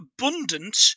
abundant